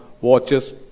watches